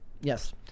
yes